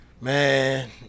man